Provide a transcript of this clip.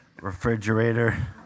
refrigerator